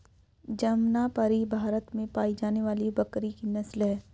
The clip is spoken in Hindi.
जमनापरी भारत में पाई जाने वाली बकरी की नस्ल है